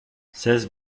seize